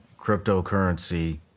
cryptocurrency